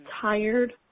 tired